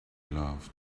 loved